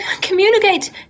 communicate